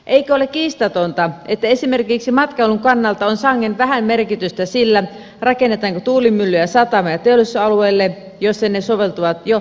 eikö ole kiistatonta että esimerkiksi matkailun kannalta on sangen vähän merkitystä sillä rakennetaanko tuulimyllyjä satama ja teollisuusalueille joilla ne soveltuvat jo rakennettuun ympäristöön